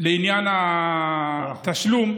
לעניין התשלום,